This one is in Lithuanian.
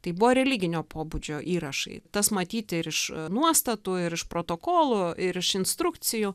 tai buvo religinio pobūdžio įrašai tas matyti ir iš nuostatų ir iš protokolų ir iš instrukcijų